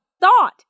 thought